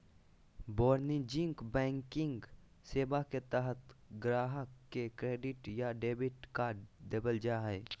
वाणिज्यिक बैंकिंग सेवा के तहत गाहक़ के क्रेडिट या डेबिट कार्ड देबल जा हय